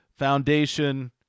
foundation